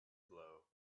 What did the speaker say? blow